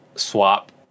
Swap